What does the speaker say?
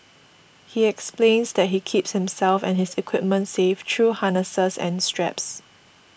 he explains that he keeps himself and his equipment safe through harnesses and straps